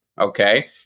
Okay